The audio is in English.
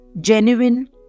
genuine